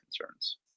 concerns